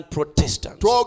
Protestants